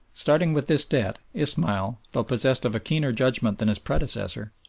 starting with this debt, ismail, though possessed of a keener judgment than his predecessor,